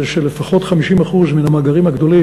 זה שלפחות 50% מן המאגרים הגדולים,